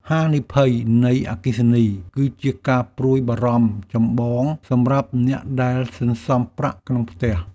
ហានិភ័យនៃអគ្គិភ័យ គឺជាការព្រួយបារម្ភចម្បងសម្រាប់អ្នកដែលសន្សំប្រាក់ក្នុងផ្ទះ។